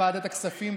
תודה לוועדת הכספים,